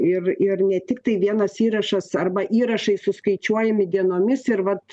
ir ir ne tiktai vienas įrašas arba įrašai suskaičiuojami dienomis ir vat